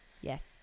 Yes